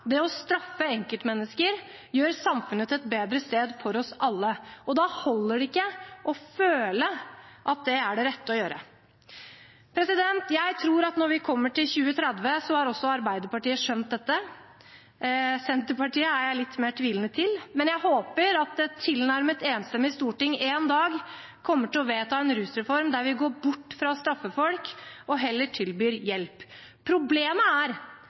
det å straffe enkeltmennesker gjør samfunnet til et bedre sted for oss alle. Da holder det ikke å føle at det er det rette å gjøre. Jeg tror at når vi kommer til 2030, har også Arbeiderpartiet skjønt dette. Senterpartiet er jeg litt mer tvilende til, men jeg håper at et tilnærmet enstemmig storting en dag kommer til å vedta en rusreform der vi går bort fra å straffe folk, og heller tilbyr hjelp. Problemet er